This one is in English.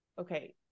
okay